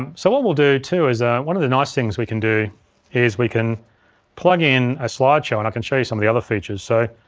and so what we'll do too is, one of the nice things we can do is we can plug in a slide show and i can show you some of the other features. so,